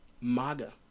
MAGA